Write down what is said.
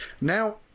Now